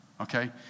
Okay